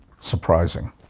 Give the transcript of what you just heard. surprising